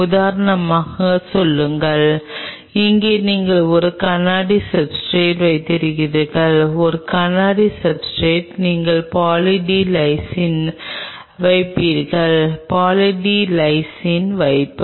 உதாரணமாக சொல்லுங்கள் இங்கே நீங்கள் ஒரு கண்ணாடி சப்ஸ்ர்டேட் வைத்திருக்கிறீர்கள் ஒரு கண்ணாடி சப்ஸ்ர்டேட் நீங்கள் பாலி டி லைசின் வைப்பீர்கள் பாலி டி லைசின் வைப்பு